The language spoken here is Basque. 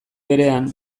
berean